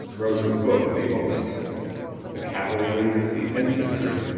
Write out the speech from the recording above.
rose above the others the cavalry, the infantry,